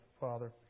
Father